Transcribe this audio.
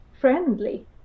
friendly